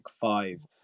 five